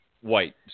white